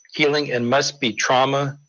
healing, and must be trauma-informed.